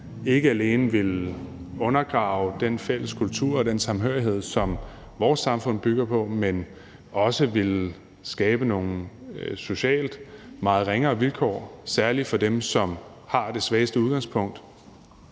ikke alene ville undergrave den fælles kultur og den samhørighed, som vores samfund bygger på, men som også ville skabe nogle socialt meget ringere vilkår, særlig for dem, som har det svageste udgangspunkt.